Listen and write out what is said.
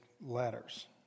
letters